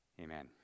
Amen